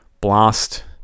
blast